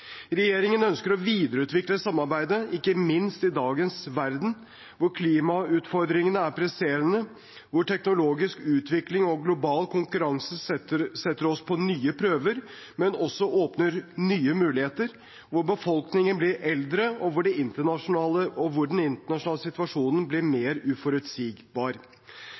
Regjeringen ønsker å videreutvikle samarbeidet, ikke minst i dagens verden, hvor klimautfordringene er presserende, hvor teknologisk utvikling og global konkurranse setter oss på nye prøver, men også åpner nye muligheter, hvor befolkningen blir eldre, og hvor den internasjonale situasjonen blir mer uforutsigbar.